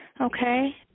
Okay